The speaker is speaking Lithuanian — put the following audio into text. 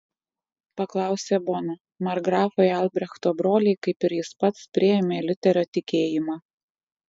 paklausė bona markgrafai albrechto broliai kaip ir jis pats priėmė liuterio tikėjimą